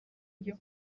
ryo